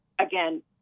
Again